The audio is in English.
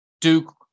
Duke